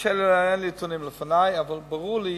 אין לי נתונים לפני, אבל ברור לי